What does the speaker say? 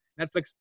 Netflix